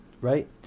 right